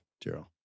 gerald